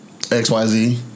XYZ